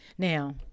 Now